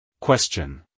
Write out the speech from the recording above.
Question